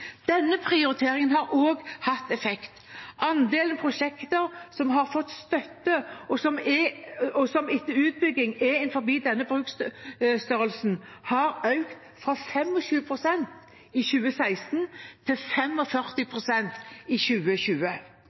Denne prioriteringen har også hatt effekt. Andelen prosjekter som har fått støtte og som etter utbygging er innenfor denne bruksstørrelsen, har økt fra 25 pst. i 2016 til 45 pst. i 2020.